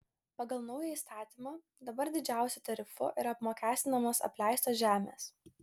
pagal naują įstatymą dabar didžiausiu tarifu yra apmokestinamos apleistos žemės